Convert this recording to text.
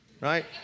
right